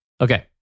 Okay